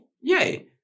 Yay